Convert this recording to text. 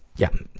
yeah.